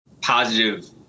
positive